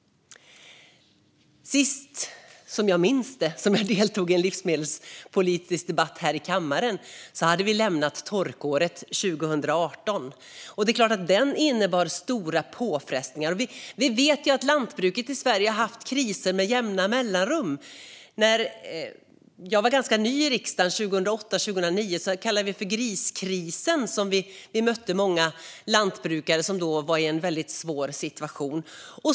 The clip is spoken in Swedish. Senaste gången, som jag minns det, som jag deltog i en livsmedelspolitisk debatt här i kammaren hade vi lämnat torkåret 2018. Det är klart att det innebar stora påfrestningar. Vi vet att lantbruket i Sverige har haft kriser med jämna mellanrum. När jag var ganska ny i riksdagen 2008 och 2009 hade vi något som vi kallade för griskrisen. Vi mötte många lantbrukare som då var i en väldigt svår situation.